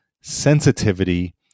sensitivity